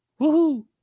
woohoo